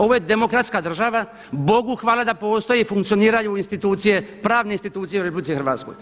Ovo je demokratska država, Bogu hvala da postoji funkcioniranje institucije, pravne institucije u RH.